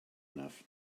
enough